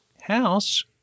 house